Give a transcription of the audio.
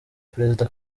perezida